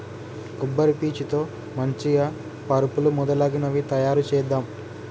కొబ్బరి పీచు తో మంచిగ పరుపులు మొదలగునవి తాయారు చేద్దాం